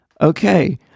okay